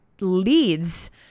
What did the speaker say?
leads